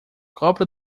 copa